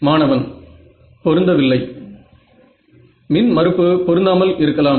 மாணவன் பொருந்தவில்லை மின் மறுப்பு பொருந்தாமல் இருக்கலாம்